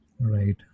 Right